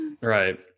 right